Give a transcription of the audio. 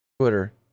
Twitter